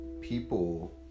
people